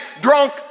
drunk